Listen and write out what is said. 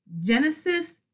Genesis